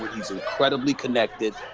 he's incredibly connected,